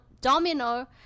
Domino